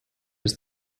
was